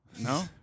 No